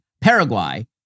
Paraguay